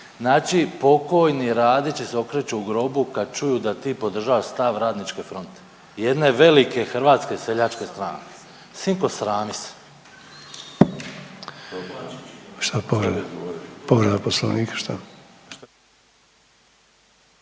znači pokojni Radići se okreću u grobu kad čuju da ti podržavaš stav Radničke fronte. Jedne velike Hrvatske seljačke stranke. Sinko, srami se. **Sanader, Ante